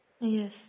Yes